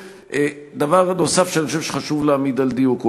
דבר נוסף שאני חושב שחשוב להעמיד על דיוקו: